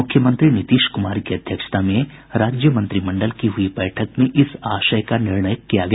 मुख्यमंत्री नीतीश कुमार की अध्यक्षता में राज्य मंत्रिमंडल की हुई बैठक में इस आशय का निर्णय लिया गया